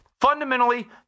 Fundamentally